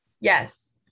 Yes